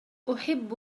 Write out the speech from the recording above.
أحب